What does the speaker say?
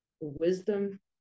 wisdom